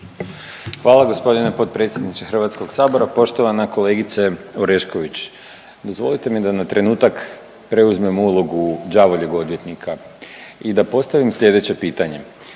Hvala g. potpredsjedniče HS. Poštovana kolegice Orešković, dozvolite mi da na trenutak preuzmem ulogu đavoljeg odvjetnika i da postavim slijedeće pitanje.